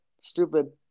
stupid